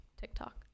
tiktok